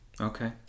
okay